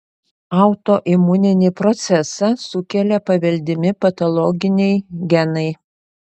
autoimuninį procesą sukelia paveldimi patologiniai genai